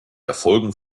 erfolgen